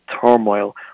turmoil